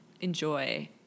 enjoy